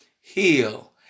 heal